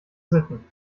sitten